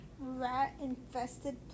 rat-infested